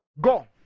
go